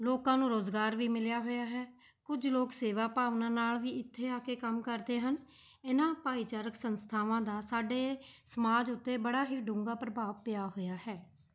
ਲੋਕਾਂ ਨੂੰ ਰੁਜ਼ਗਾਰ ਵੀ ਮਿਲਿਆ ਹੋਇਆ ਹੈ ਕੁਝ ਲੋਕ ਸੇਵਾ ਭਾਵਨਾ ਨਾਲ਼ ਵੀ ਇੱਥੇ ਆ ਕੇ ਕੰਮ ਕਰਦੇ ਹਨ ਇਹਨਾਂ ਭਾਈਚਾਰਕ ਸੰਸਥਾਵਾਂ ਦਾ ਸਾਡੇ ਸਮਾਜ ਉੱਤੇ ਬੜਾ ਹੀ ਡੂੰਘਾ ਪ੍ਰਭਾਵ ਪਿਆ ਹੋਇਆ ਹੈ